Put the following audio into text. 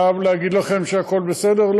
עכשיו, להגיד לכם שהכול בסדר?